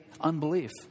unbelief